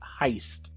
heist